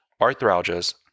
arthralgias